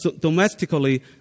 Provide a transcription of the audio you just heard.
domestically